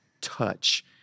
touch